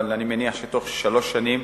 אבל אני מניח שבתוך שלוש שנים